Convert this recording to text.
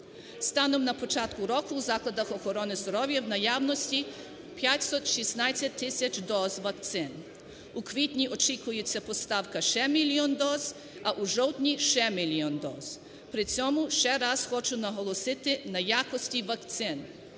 Станом на початок року у закладах охорони здоров'я в наявності 516 тисяч доз вакцин. У квітні очікується поставка ще мільйон доз, а у жовтні – ще мільйон доз. При цьому ще раз хочу наголосити на якості вакцин: